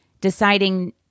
deciding